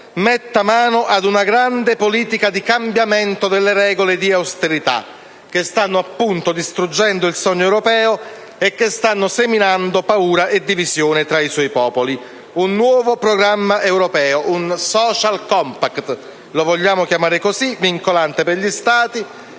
metta mano ad una grande politica di cambiamento delle regole dell'austerità, che stanno appunto distruggendo il sogno europeo e che stanno seminando paura e divisioni tra i suoi popoli. Un nuovo programma europeo, un *social compact* - lo vogliamo chiamare così - vincolante per gli Stati,